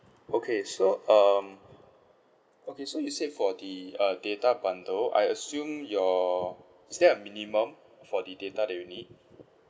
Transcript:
okay so um okay so you said for the uh data bundle I assume your is there a minimum for the data that you need